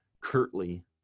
curtly